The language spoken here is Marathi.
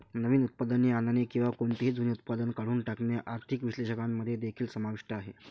नवीन उत्पादने आणणे किंवा कोणतेही जुने उत्पादन काढून टाकणे आर्थिक विश्लेषकांमध्ये देखील समाविष्ट आहे